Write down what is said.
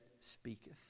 speaketh